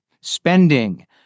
spending